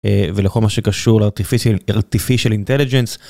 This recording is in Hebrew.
ולכל מה שקשור לארטיפישל אינטליג'נס.